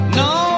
no